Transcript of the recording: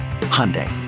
Hyundai